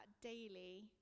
daily